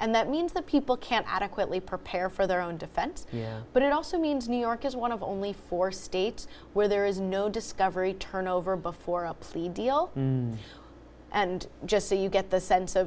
and that means that people can't adequately prepare for their own defense but it also means new york is one of only four states where there is no discovery turnover before a plea deal and just so you get the sense of